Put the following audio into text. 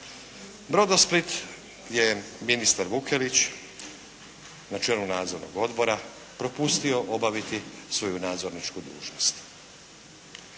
Brodosplit je ministar Vukelić na čelu nadzornog odbora propustio obaviti svoju nadzorničku dužnost.